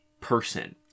person